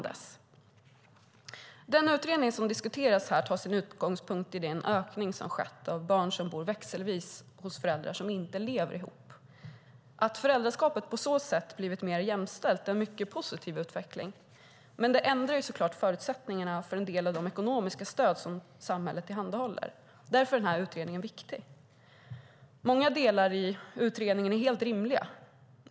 Den utredning som diskuteras här tar som utgångspunkt den ökning som skett av barn som bor växelvis hos föräldrar som inte lever ihop. Att föräldraskapet på så sätt blivit mer jämställt är en mycket positiv utveckling, men det ändrar så klart förutsättningarna för en del av de ekonomiska stöd som samhället tillhandahåller. Därför är den här utredningen viktig. Många delar i utredningen är helt rimliga.